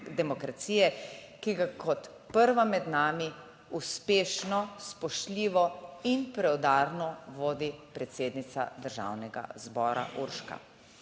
demokracije, ki ga kot prva med nami uspešno, spoštljivo in preudarno vodi predsednica Državnega zbora Urška.